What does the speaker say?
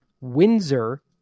Windsor